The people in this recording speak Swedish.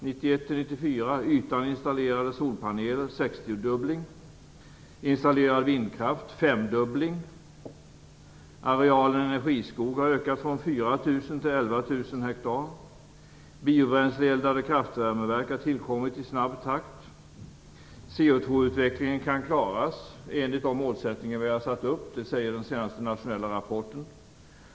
Det skedde en fördubbling av den installerade ytan solpaneler och en femdubbling av den installerade vindkraften. Arealen energiskog ökade från 4 000 till 11 000 hektar. Biobränsleeldade kraftvärmeverk har tillkommit i snabb takt.